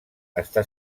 està